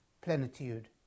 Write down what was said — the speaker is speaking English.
plenitude